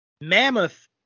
mammoth